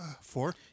Four